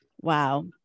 Wow